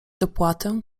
dopłatę